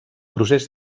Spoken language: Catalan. procés